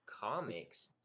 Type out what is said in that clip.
Comics